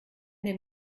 dem